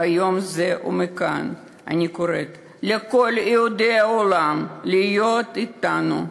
ביום זה ומכאן אני קוראת לכל יהודי העולם להיות אתנו,